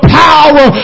power